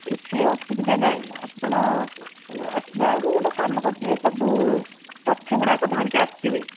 କିଛି ଅସୁବିଧା ନାହିଁ ଆପଣ ଆସିଲା ବେଳକୁ ଗୋଟେ କାମ କରିଥିବେ ସବୁ ତଥ୍ୟ ଗୁଡ଼ାକ ଧରିକି ଆସିଥିବେ